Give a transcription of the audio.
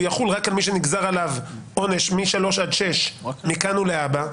יחול רק על מי שנגזר עליו עונש משלוש עד שש מכאן ולהבא,